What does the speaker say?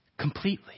completely